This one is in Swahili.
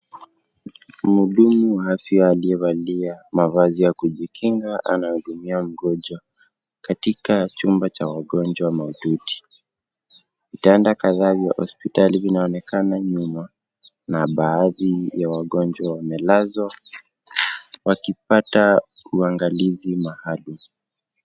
Mhudumu wa afya aliyevalia mavazi ya kujikinga anahudumia mgonjwa katika chumba cha wagonjwa mahututi. Vitanda kadhaa vya hospitali vinaonekana nyuma na baadhi ya wagonjwa wamelazwa wakipata uangalizi maalum.